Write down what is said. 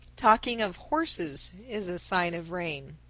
talking of horses is a sign of rain.